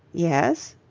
yes?